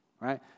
right